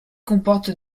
comporte